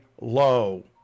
low